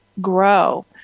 grow